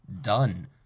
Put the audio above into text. done